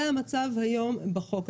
זה המצב היום בחוק.